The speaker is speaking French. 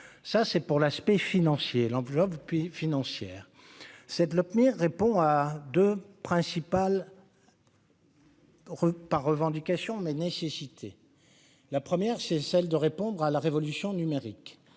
ça c'est pour l'aspect financier, l'enveloppe puis financière cette l'obtenir répond à deux principales. Repas revendications mais nécessité : la première, c'est celle de répondre à la révolution numérique,